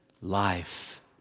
life